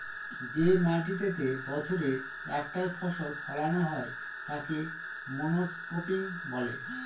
যে মাটিতেতে বছরে একটাই ফসল ফোলানো হয় তাকে মনোক্রপিং বলে